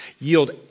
yield